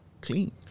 clean